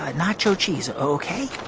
ah nacho cheese, ok?